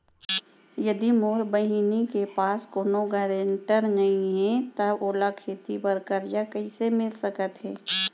यदि मोर बहिनी के पास कोनो गरेंटेटर नई हे त ओला खेती बर कर्जा कईसे मिल सकत हे?